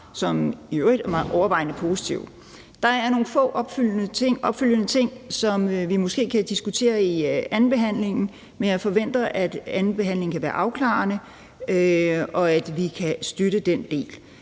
som i øvrigt er overvejende positive. Der er nogle få opfølgende ting, som vi måske kan diskutere ved andenbehandlingen. Men jeg forventer, at andenbehandlingen kan være afklarende, og at vi kan støtte denne del.